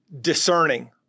discerning